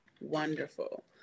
wonderful